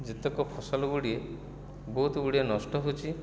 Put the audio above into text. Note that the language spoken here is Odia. ଯେତେକ ଫସଲ ଗୁଡ଼ିଏ ବହୁତ ଗୁଡ଼ିଏ ନଷ୍ଟ ହେଉଛି